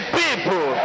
people